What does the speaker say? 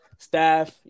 Staff